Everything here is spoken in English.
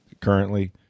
currently